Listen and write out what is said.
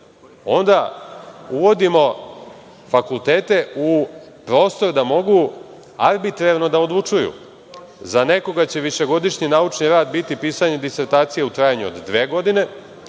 Onda uvodimo fakultete u prostor da mogu arbitrarno da odlučuju. Za nekoga će višegodišnji naučni rad biti pisanje disertacije u trajanju od dve godine,